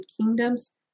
kingdoms